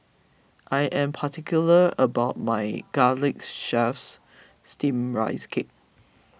I am particular about my Garlic Chives Steamed Rice Cake